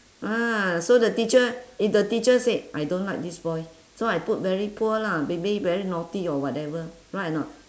ah so the teacher if the teacher said I don't like this boy so I put very poor lah maybe very naughty or whatever right or not